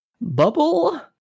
Bubble